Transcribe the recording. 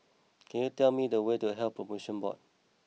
can you tell me the way to Health Promotion Board